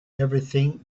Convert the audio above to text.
everything